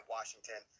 Washington